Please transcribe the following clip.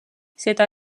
seda